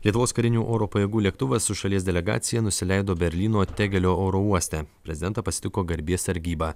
lietuvos karinių oro pajėgų lėktuvas su šalies delegacija nusileido berlyno tegelio oro uoste prezidentą pasitiko garbės sargyba